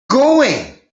going